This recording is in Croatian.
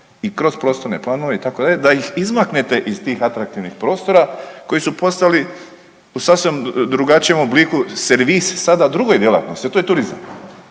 i kroz prostorne planove, itd., da ih izmaknete iz tih atraktivnih prostora koji su postali u sasvim drugačijem obliku, servis sada drugoj djelatnosti, a to je turizam.